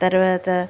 తరువాత